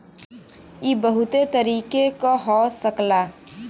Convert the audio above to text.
इ बहुते तरीके क हो सकला